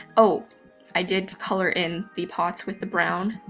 oh i did color in the pots with the brown,